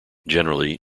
generally